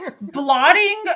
blotting